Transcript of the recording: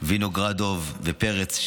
וינוגרדוב ופרץ,